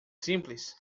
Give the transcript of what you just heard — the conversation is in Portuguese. simples